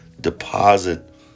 deposit